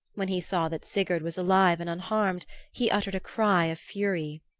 when he saw that sigurd was alive and unharmed he uttered a cry of fury.